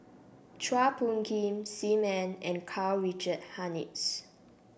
Chua Phung Kim Sim Ann and Karl Richard Hanitsch